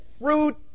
fruit